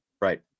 Right